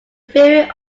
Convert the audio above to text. fury